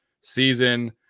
season